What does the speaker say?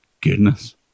goodness